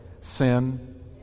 sin